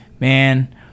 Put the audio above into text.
man